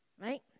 Right